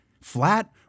Flat